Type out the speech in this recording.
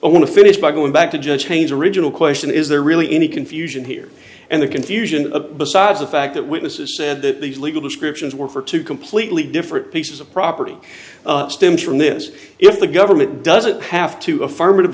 to finish by going back to judge chains original question is there really any confusion here and the confusion of besides the fact that witnesses said that these legal descriptions were for two completely different pieces of property stems from this if the government doesn't have to affirmative